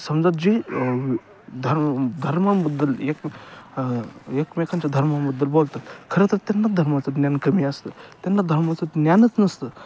समजा जी धर्म धर्माबद्दल एक एकमेकांच्या धर्माबद्दल बोलतात खरं तर त्यांना धर्माचं ज्ञान कमी असतं त्यांना धर्माचं ज्ञानच नसतं